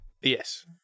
Yes